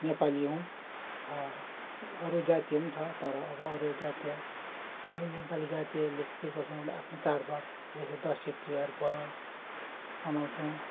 नेपाली हौँ अरू जातीय पनि छ तर अब अरू जातीय हामी नेपाली जातीयले चाहिँ केगर्छौँ भन्दा आफ्नो चाडबाड दसैँ तिहार भयो मनाउँछौँ